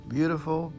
Beautiful